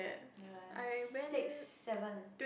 ya six seven